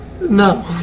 No